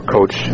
Coach